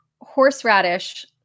horseradish